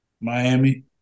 Miami